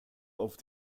auf